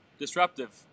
disruptive